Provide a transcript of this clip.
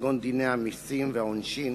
כגון דיני המסים והעונשין,